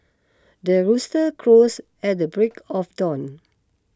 the rooster crows at the break of dawn